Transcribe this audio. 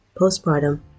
postpartum